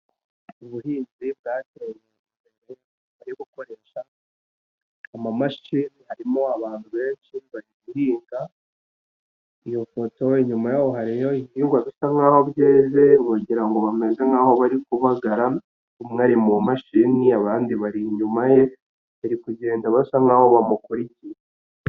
Ubuhinzi bwateye imbere bari gukoresha amamashini, harimo abantu benshi bari guhinga, iyo foto nyuma yaho hariyo ibihingwa bisa nkaho byeze wagira ngo bameze nkaho bari kubagara, umwe ari mu mashini abandi bari inyuma ye, bari kugenda basa nkaho bamukurikiye.